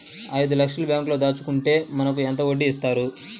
ఐదు లక్షల బ్యాంక్లో దాచుకుంటే మనకు ఎంత వడ్డీ ఇస్తారు?